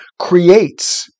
creates